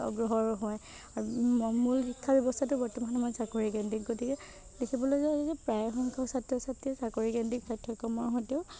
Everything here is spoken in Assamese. অগ্ৰসৰ হয় ম মূল শিক্ষা ব্যৱস্থাটো বৰ্তমান সময়ত চাকৰিকেন্দ্ৰিক গতিকে দেখিবলৈ পোৱা যায় যে প্ৰায় সংখ্যক ছাত্ৰ ছাত্ৰীয়ে চাকৰিকেন্দ্ৰিক পাঠ্যক্ৰমৰ সৈতে